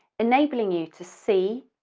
enabling you to see,